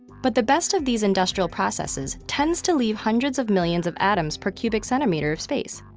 but the best of these industrial processes tends to leave hundreds of millions of atoms per cubic centimeter of space.